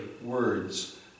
words